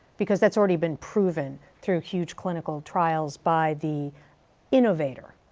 because that's already been proven through huge clinical trials by the innovator.